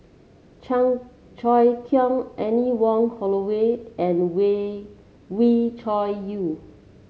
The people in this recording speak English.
Chan Choy Siong Anne Wong Holloway and Wee Wee Cho Yaw